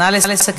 נא לסכם,